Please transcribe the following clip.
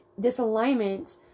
disalignment